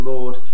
Lord